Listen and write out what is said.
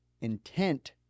Intent